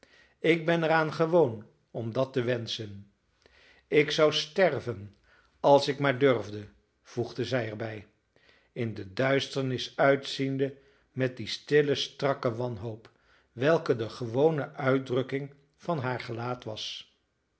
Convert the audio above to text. ik ben er aan gewoon om dat te wenschen ik zou sterven als ik maar durfde voegde zij er bij in de duisternis uitziende met die stille strakke wanhoop welke de gewone uitdrukking van haar gelaat was